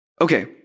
Okay